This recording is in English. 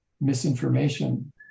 misinformation